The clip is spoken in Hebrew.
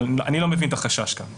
אני חייב לומר שאני לא מבין את החשש כאן.